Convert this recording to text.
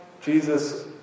Jesus